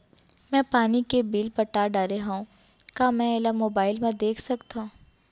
मैं पानी के बिल पटा डारे हव का मैं एला मोबाइल म देख सकथव?